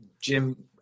Jim